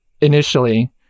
initially